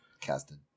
casted